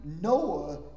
Noah